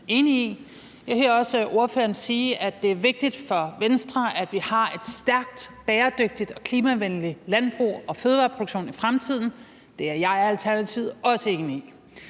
Jeg hører også ordføreren sige, at det er vigtigt for Venstre, at vi har et stærkt, bæredygtigt og klimavenligt landbrug og en ditto fødevareproduktion i fremtiden. Det er jeg og Alternativet også enige i.